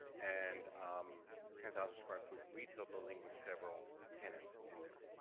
and ten thousand square foot retail building with several tenants in there,